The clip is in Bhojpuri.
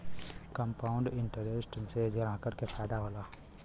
कंपाउंड इंटरेस्ट से ग्राहकन के फायदा होला